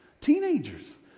teenagers